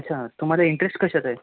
अच्छा तुम्हाला इंटरेस्ट कशात आहे